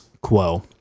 quo